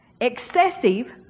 excessive